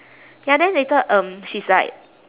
ya then later um she's like